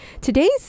Today's